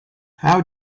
how